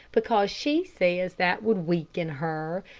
because she says that would weaken her,